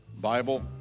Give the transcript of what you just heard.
Bible